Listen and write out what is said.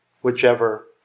whichever